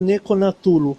nekonatulo